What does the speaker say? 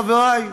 חברי,